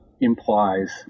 implies